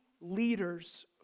leaders